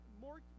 more